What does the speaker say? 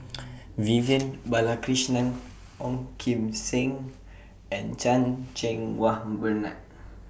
Vivian Balakrishnan Ong Kim Seng and Chan Cheng Wah Bernard